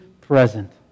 present